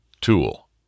tool